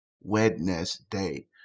Wednesday